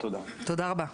תודה רבה.